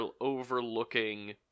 overlooking